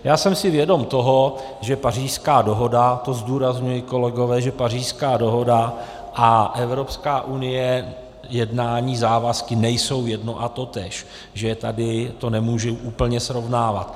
Já jsem si vědom toho, že Pařížská dohoda to zdůrazňuji, kolegové že Pařížská dohoda a Evropská unie, jednání, závazky nejsou jedno a totéž, že tady to nemůžu úplně srovnávat.